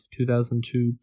2002